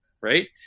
right